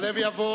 (חותם על ההצהרה) יעלה ויבוא